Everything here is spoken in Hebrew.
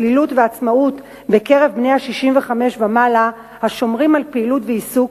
צלילות ועצמאות בקרב בני 65 ומעלה השומרים על פעילות ועיסוק.